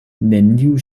neniu